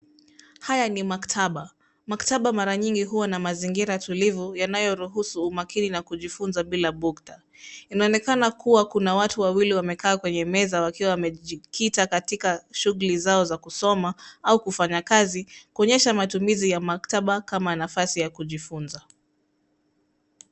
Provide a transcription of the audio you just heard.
Haya ni maktaba, maktaba mara nyingi huwa na mazingira tulivu yanayo ruhusu umakini na kujifunza bila bukta, inaonekana kuwa kuna watu wawili waliwa wamekaa kwenye meza wakiwa wamejikita katika shughuli zao za kusoma au kufanya kazi, kuonyesha matumizi ya maktaba kama nafasi ya kujifunza.